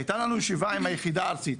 הייתה לנו ישיבה עם היחידה הארצית,